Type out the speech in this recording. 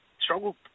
struggle